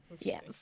yes